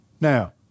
Now